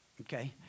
Okay